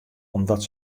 omdat